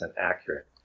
accurate